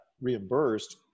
reimbursed